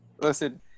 listen